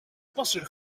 passer